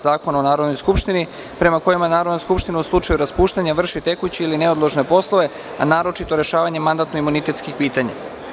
Zakona o Narodnoj skupštini, prema kojima Narodna skupština u slučaju raspuštanja vrši tekuće ili neodložne poslove, naročito rešavanje mandatno imunitetskih pitanja.